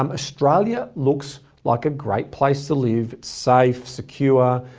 um australia looks like a great place to live. safe, secure,